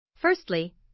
Firstly